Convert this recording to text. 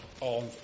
on